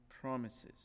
promises